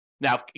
Now